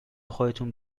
خودتون